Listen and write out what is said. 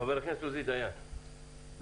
חבר הכנסת עוזי דיין, בבקשה.